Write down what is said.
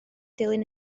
dilyn